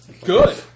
Good